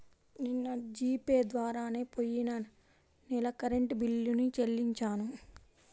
నిన్న G Pay ద్వారానే పొయ్యిన నెల కరెంట్ బిల్లుని చెల్లించాను